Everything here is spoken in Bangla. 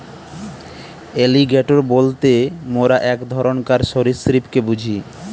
এলিগ্যাটোর বলতে মোরা এক ধরণকার সরীসৃপকে বুঝি